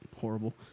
horrible